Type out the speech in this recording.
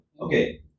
okay